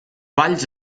balls